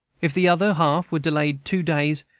if the other half were delayed two days,